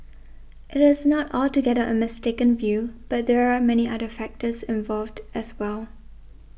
it is not altogether a mistaken view but there are many other factors involved as well